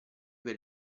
per